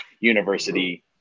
university